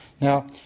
Now